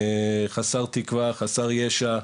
חסר תקווה, חסר ישע,